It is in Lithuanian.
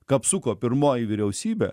kapsuko pirmoji vyriausybė